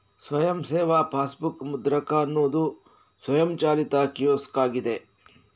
ಸ್ವಯಂ ಸೇವಾ ಪಾಸ್ಬುಕ್ ಮುದ್ರಕ ಅನ್ನುದು ಸ್ವಯಂಚಾಲಿತ ಕಿಯೋಸ್ಕ್ ಆಗಿದೆ